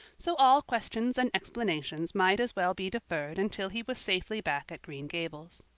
so all questions and explanations might as well be deferred until he was safely back at green gables.